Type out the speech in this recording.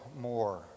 more